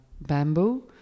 bamboo